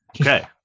Okay